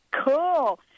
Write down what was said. Cool